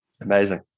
Amazing